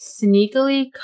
sneakily